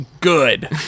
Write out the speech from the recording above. Good